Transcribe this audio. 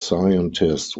scientist